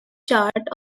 chart